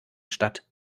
statt